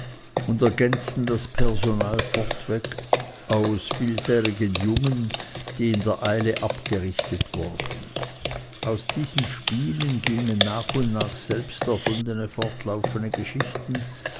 und ergänzten das personal vorweg aus willfährigen jungen die in der eile abgerichtet wurden aus diesen spielen gingen nach und nach selbsterfundene fortlaufende geschichten